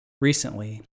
Recently